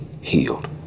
healed